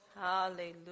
Hallelujah